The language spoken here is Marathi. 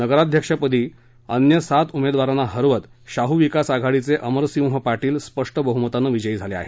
नगरअध्यक्षपदी अन्य सात उमेदवार हरवत शाह विकास आघाडीचे अमरसिंह पाटील स्पष्ट बह्मतानं विजयी झाले आहेत